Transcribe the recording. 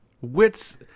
Wits